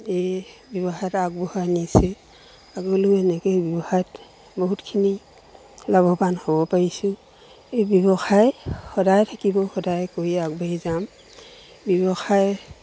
এই ব্যৱসায়তো আগবঢ়াই নিছে আগলৈও এনেকৈয়ে ব্যৱসায়ত বহুতখিনি লাভৱান হ'ব পাৰিছোঁ এই ব্যৱসায় সদায় থাকিব সদায় কৰি আগবাঢ়ি যাম ব্যৱসায়